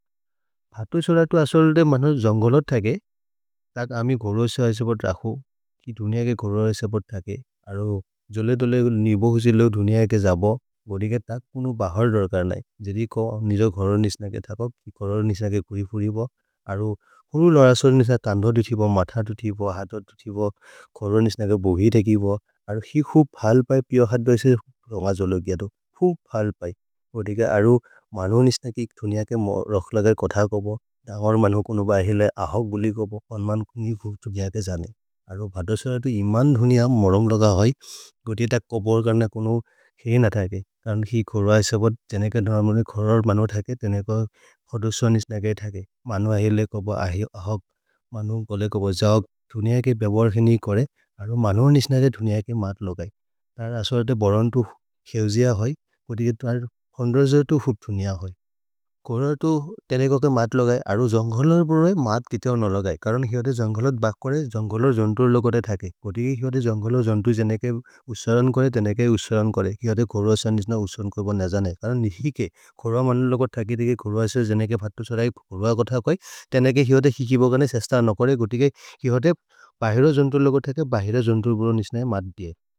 भ्हṭṭउ śअरṭउ अśरल्दे मनर् जन्गलर् ṭहके, ṭहक् अमि घोरर्से ऐसे बत् रखु। कि धुनिय के घोरर्से बत् ṭहके, अर जले दोले निवहुसिलौ धुनिय के जब, बोदेग ṭहक् पुनु बहर् धर्कर् नै। जेदि क निज घोरर् निश्न के थकप्, कि घोरर् निश्न के कुरिपुरिब। अर हुरु लरśर निश्न तन्ध तु थिब, मथ तु थिब। हत तु थिब।